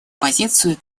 позицию